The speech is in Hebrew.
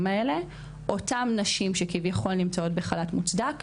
האלה אותן נשים שכביכול נמצאות בחל"ת מוצדק,